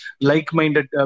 like-minded